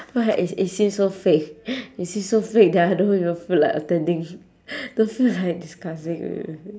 I feel it's it's seems so fake it's seems so fake that I don't even feel like attending don't feel like discussing wait wait wait